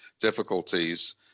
difficulties